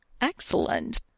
excellent